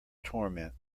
torment